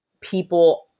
people